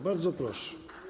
Bardzo proszę.